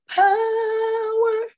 power